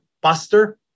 buster